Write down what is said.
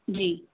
جی